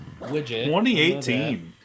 2018